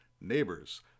neighbors